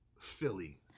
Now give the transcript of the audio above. Philly